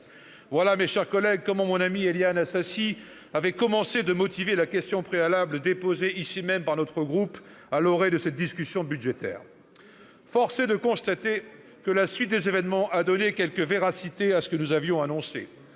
Voilà, mes chers collègues, comment mon amie Éliane Assassi avait commencé de motiver la question préalable déposée par notre groupe à l'orée de cette discussion budgétaire. Force est de constater que la suite des événements a donné corps à ce que nous avions annoncé.